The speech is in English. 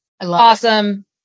Awesome